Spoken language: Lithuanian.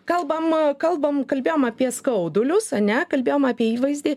kalbam kalbam kalbėjom apie skaudulius ane kalbėjom apie įvaizdį